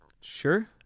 Sure